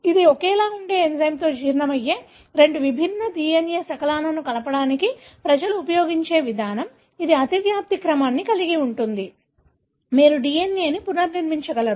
ఇది ఒకేలా ఉండే ఎంజైమ్తో జీర్ణమయ్యే రెండు విభిన్న DNA శకలాలను కలపడానికి ప్రజలు ఉపయోగించే విధానం ఇది అతివ్యాప్తి క్రమాన్ని కలిగి ఉంటుంది మీరు DNA ని పునర్నిర్మించగలరు